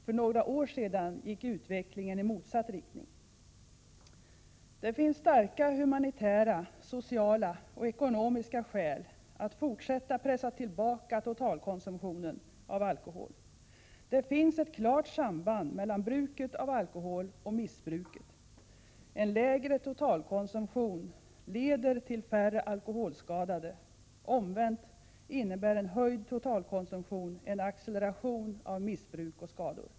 För några år sedan gick utvecklingen i motsatt riktning. Det finns starka humanitära, sociala och ekonomiska skäl att fortsätta pressa tillbaka totalkonsumtionen av alkohol. Det finns ett klart samband mellan bruket av alkohol och missbruket. En lägre totalkonsumtion leder till färre alkoholskadade. Omvänt innebär en höjd totalkonsumtion en acceleration av missbruk och skador.